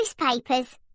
newspapers